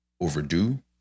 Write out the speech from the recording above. overdue